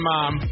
Mom